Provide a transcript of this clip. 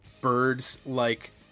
birds-like